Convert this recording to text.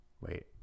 wait